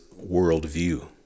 worldview